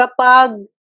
kapag